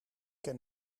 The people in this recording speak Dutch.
ken